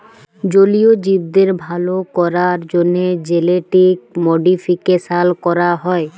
জলীয় জীবদের ভাল ক্যরার জ্যনহে জেলেটিক মডিফিকেশাল ক্যরা হয়